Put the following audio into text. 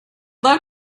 love